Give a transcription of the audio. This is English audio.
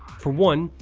for one,